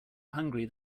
hungry